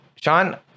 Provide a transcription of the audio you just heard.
Sean